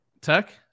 Tech